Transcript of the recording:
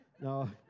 No